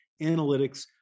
analytics